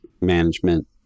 management